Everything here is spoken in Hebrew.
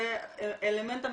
זה אלמנט המסחריות.